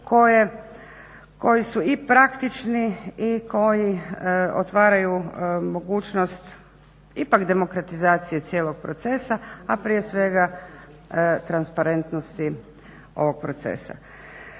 koji su i praktični i koji otvaraju mogućnost ipak demokratizacije cijelog procesa, a prije svega transparentnosti ovog procesa.